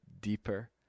deeper